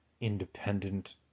independent